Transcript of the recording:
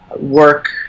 work